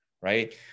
right